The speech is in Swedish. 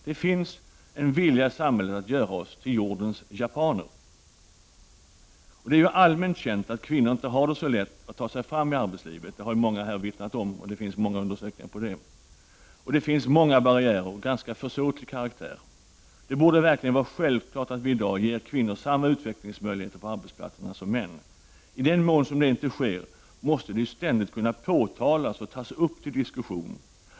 Det finns en vilja i samhället att göra oss till Nordens japaner. Det är ju allmänt känt att kvinnor inte har det så lätt när det gäller att ta sig fram i arbetslivet. Det har många här vittnat om, och det finns många undersökningar som visar det. Det finns nämligen många barriärer av ganska försåtlig karaktär. Det borde verkligen vara självklart att vi i dag ger kvinnor samma utvecklingsmöjligheter på arbetsplatserna som män har. I den mån det inte sker måste detta ständigt kunna påtalas och tas upp till diskussion.